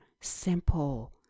simple